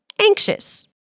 Anxious